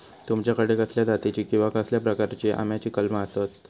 तुमच्याकडे कसल्या जातीची किवा कसल्या प्रकाराची आम्याची कलमा आसत?